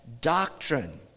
doctrine